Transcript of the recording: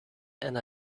and